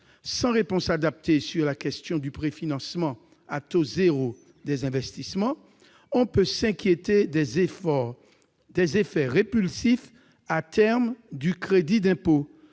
Sans réponse adaptée quant au préfinancement à taux zéro des investissements, on peut s'inquiéter des effets répulsifs, à terme, du crédit d'impôt,